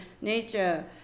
nature